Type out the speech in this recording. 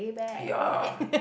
ya